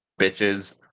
bitches